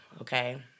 Okay